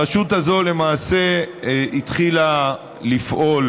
הרשות הזו התחילה לפעול,